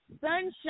Sunshine